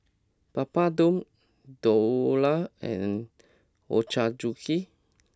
Papadum Dhokla and Ochazuke